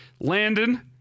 Landon